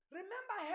Remember